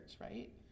right